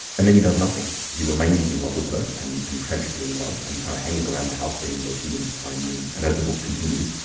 and then he does nothing. he remains in love with her and and tragically in love, and he kind of hangs around the house being mopey and piney, and as the book continues,